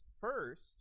First